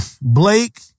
Blake